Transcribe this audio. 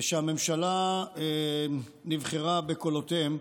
שהממשלה נבחרה בקולותיהם,